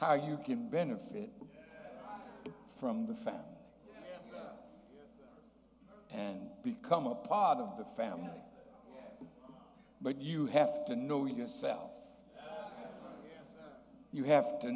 how you can benefit from the family and become a part of the family but you have to know yourself you have to